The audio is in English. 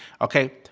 Okay